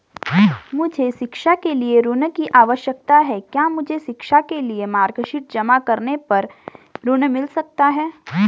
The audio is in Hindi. मुझे शिक्षा के लिए ऋण की आवश्यकता है क्या मुझे शिक्षा के लिए मार्कशीट जमा करने पर ऋण मिल सकता है?